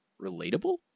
relatable